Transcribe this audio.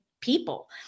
people